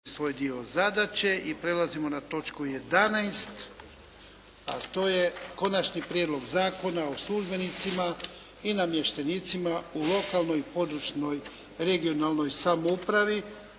i 1 suzdržan. Dajem na glasovanje Konačni prijedloga Zakona o službenicima, namještenicima u lokalnoj, područnoj, regionalnoj samoupravi.